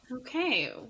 Okay